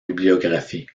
bibliographie